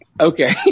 Okay